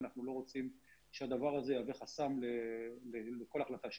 ואנחנו לא רוצים שהדבר הזה יהווה חסם לכול החלטה שהיא.